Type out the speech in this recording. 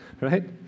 right